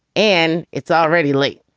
and it's already late,